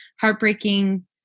heartbreaking